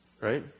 Right